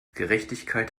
gerechtigkeit